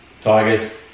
Tigers